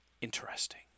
interesting